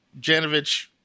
Janovich